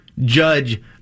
judge